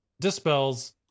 Dispels